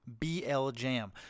BLJAM